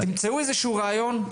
תמצאו איזשהו רעיון.